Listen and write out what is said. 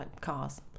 cars